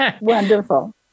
Wonderful